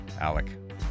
Alec